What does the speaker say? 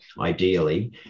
ideally